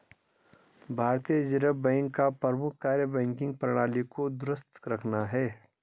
भारतीय reserve bank का प्रमुख कार्य बैंकिंग प्रणाली को दुरुस्त रखना है